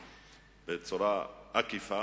התעשיינים,